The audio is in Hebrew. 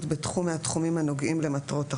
בתחום מהתחומים הנוגעים למטרות החוק,